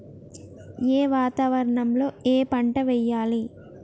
ఏ వాతావరణం లో ఏ పంట వెయ్యాలి?